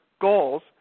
goals